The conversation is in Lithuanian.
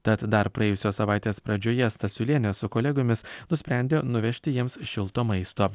tad dar praėjusios savaitės pradžioje stasiulienė su kolegomis nusprendė nuvežti jiems šilto maisto